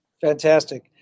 Fantastic